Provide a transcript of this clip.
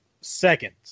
seconds